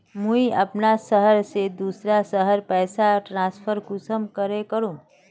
मुई अपना शहर से दूसरा शहर पैसा ट्रांसफर कुंसम करे करूम?